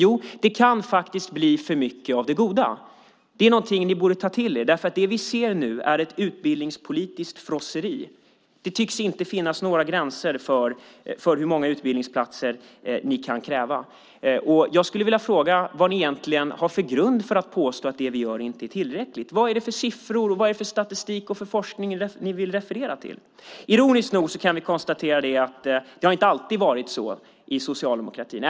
Jo, det kan faktiskt bli för mycket av det goda. Det är något ni borde ta till er. Det vi ser nu är ett utbildningspolitiskt frosseri. Det tycks inte finnas några gränser för hur många utbildningsplatser ni kan kräva. Jag skulle vilja fråga vad ni egentligen har för grund för att påstå att det vi gör inte är tillräckligt. Vad är det för siffror, statistik och forskning ni vill referera till? Ironiskt nog kan vi konstatera att det inte alltid har varit så i socialdemokratin.